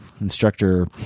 instructor